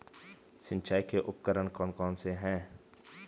सिंचाई के उपकरण कौन कौन से हैं?